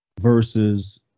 versus